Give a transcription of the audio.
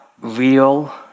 real